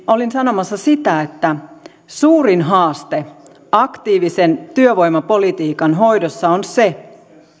olin sanomassa sitä että suurin haaste aktiivisen työvoimapolitiikan hoidossa on se